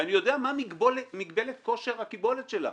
ואני יודע מה מגבלת כושר הקיבולת שלה.